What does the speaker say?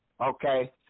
okay